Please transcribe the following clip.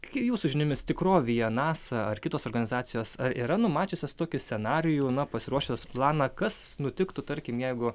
kai jūsų žiniomis tikrovėje nasa ar kitos organizacijos ar yra numačiusios tokį scenarijų na pasiruošęs planą kas nutiktų tarkim jeigu